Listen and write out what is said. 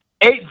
eight